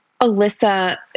Alyssa